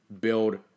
build